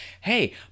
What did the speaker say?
hey